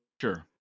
Sure